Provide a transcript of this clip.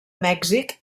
mèxic